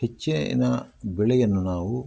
ಹೆಚ್ಚಿನ ಬೆಳೆಯನ್ನು ನಾವು